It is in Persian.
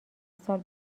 سال